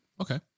Okay